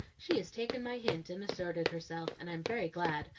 she has taken my hint and asserted herself, and i'm very glad,